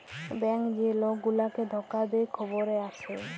bank যে লক গুলাকে ধকা দে খবরে আসে